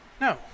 No